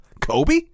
Kobe